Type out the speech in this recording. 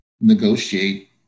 negotiate